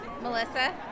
Melissa